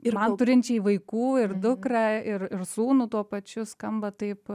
ir man turinčiai vaikų ir dukrą ir ir sūnų tuo pačiu skamba taip